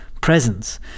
presence